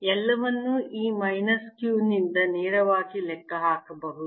ಎಲ್ಲವನ್ನೂ ಈ minus q ನಿಂದ ನೇರವಾಗಿ ಲೆಕ್ಕಹಾಕಬಹುದು